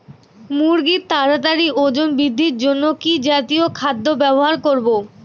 মুরগীর তাড়াতাড়ি ওজন বৃদ্ধির জন্য কি জাতীয় খাদ্য ব্যবহার করব?